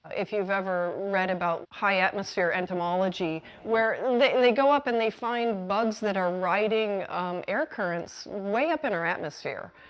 if you've ever read about high atmosphere entomology where they and they go up, and they find bugs that are riding air currents way up in our atmosphere.